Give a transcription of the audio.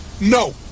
No